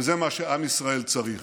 וזה מה שעם ישראל צריך.